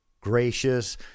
Gracious